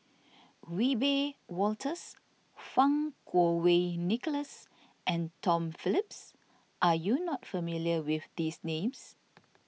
Wiebe Wolters Fang Kuo Wei Nicholas and Tom Phillips are you not familiar with these names